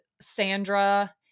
Sandra